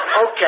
Okay